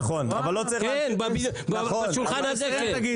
נכון, אבל לא צריך --- בשולחן הזה כן.